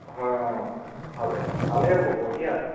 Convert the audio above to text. হয় অঁ ভালে ভালেই হ'ব বঢ়িয়া তাত